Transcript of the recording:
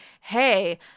Hey